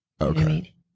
Okay